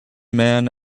man